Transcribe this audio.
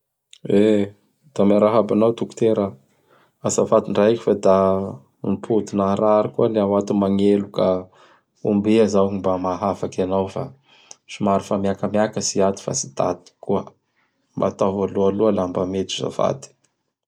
E!Da miarahaba anao Dokotera. Azafady ndraiky fa da nipody naharary koa an'iaho ato magnelo ka ombia zao gny mba mahafaky anao fa somary fa miakamiakatsy i ato fa tsy tantiko koa. Mba ataovo alohaloha laha mba mety zafady.